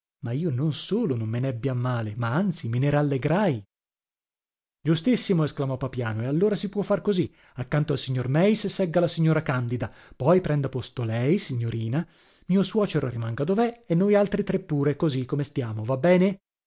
ma io non solo non me nebbi a male ma anzi me ne rallegrai giustissimo esclamò papiano e allora si può far così accanto al signor meis segga la signora candida poi prenda posto lei signorina mio suocero rimanga dovè e noi altri tre pure così come stiamo va bene